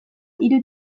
hiru